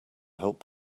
help